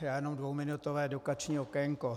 Jenom dvouminutové edukační okénko.